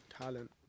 talent